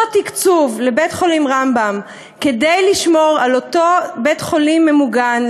אותו תקציב לבית-חולים רמב"ם כדי לשמור על אותו בית-חולים ממוגן,